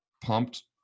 pumped